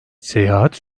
seyahat